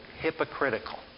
hypocritical